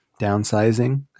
Downsizing